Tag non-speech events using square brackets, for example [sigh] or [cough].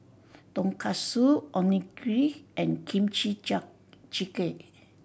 Tonkatsu Onigiri and Kimchi [unintelligible] Jjigae